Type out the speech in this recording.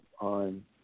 on